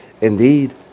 indeed